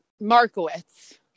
Markowitz